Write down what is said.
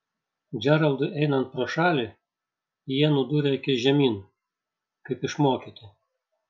džeraldui einant pro šalį jie nudūrė akis žemyn kaip išmokyti